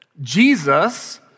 Jesus